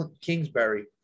Kingsbury